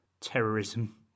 terrorism